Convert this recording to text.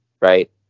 right